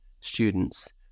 students